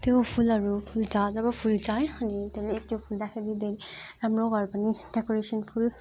त्यो फुलहरू फुल्छ जब फुल्छ है अनि त्यसले एकखेप फुल्दाखेरि राम्रो घर पनि डेकोरेसन फुल